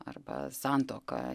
arba santuoka